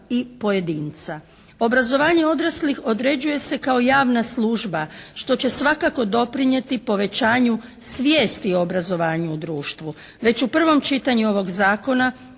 i pojedinca. Obrazovanje odraslih određuje se kao javna služba što će svakako doprinijeti povećanju svijesti o obrazovanju u društvu. Već u prvom čitanju ovog zakona